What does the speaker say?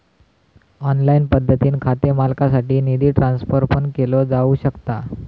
online पद्धतीने खाते मालकासाठी निधी ट्रान्सफर पण केलो जाऊ शकता